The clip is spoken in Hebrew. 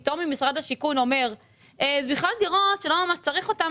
פתאום משרד השיכון אומר "אלה בכלל דירות שלא ממש צריך אותן"